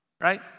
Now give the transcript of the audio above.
Right